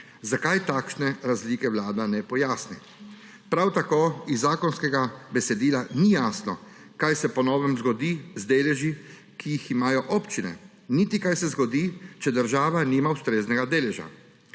Zakaj takšne razlike, Vlada ne pojasni. Prav tako iz zakonskega besedila ni jasno, kaj se po novem zgodi z deleži, ki jih imajo občine, niti kaj se zgodi, če država nima ustreznega deleža.